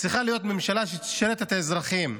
צריכה להיות ממשלה שתשרת את האזרחים,